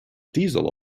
diesel